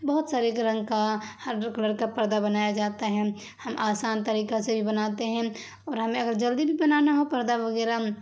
بہت سارے رنگ کا ہر کلر کا پردہ بنایا جاتا ہے ہم آسان طریقہ سے بھی بناتے ہیں اور ہمیں اگر جلدی بھی بنانا ہو پردہ وغیرہ